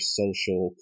social